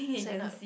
sign up